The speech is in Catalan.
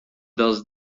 dels